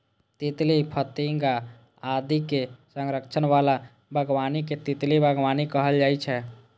तितली, फतिंगा आदि के संरक्षण बला बागबानी कें तितली बागबानी कहल जाइ छै